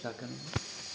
ಸಾಕಾ